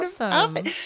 awesome